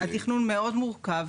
התכנון הוא מאוד מורכב,